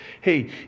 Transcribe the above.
hey